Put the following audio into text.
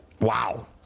Wow